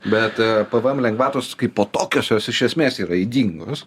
bet pvm lengvatos kaipo tokios jos iš esmės yra ydingos